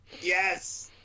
yes